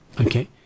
Okay